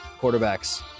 quarterbacks